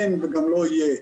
אין וגם לא יהיה.